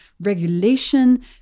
regulation